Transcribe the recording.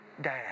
dad